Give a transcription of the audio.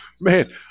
Man